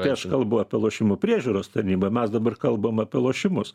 tai aš kalbu apie lošimų priežiūros tarnybą mes dabar kalbam apie lošimus